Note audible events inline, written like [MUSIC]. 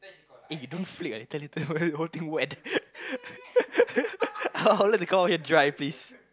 eh you don't flick ah later later whole whole thing wet [LAUGHS] I I would like to come out here dry please